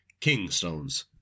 Kingstones